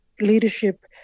leadership